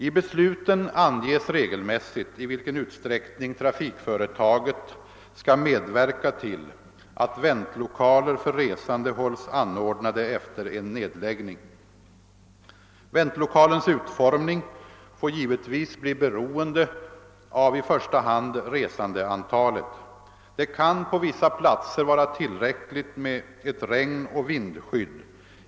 I besluten anges regelmässigt, i vilken utsträckning trafikföretaget skall medverka till att väntlokaler för resande hålls anordnade efter en nedläggning. Väntlokalens utformning får givetvis bli beroende av i första hand resandeantalet. Det kan på vissa platser vara tillräckligt med ett regnoch vindskydd.